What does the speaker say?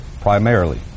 Primarily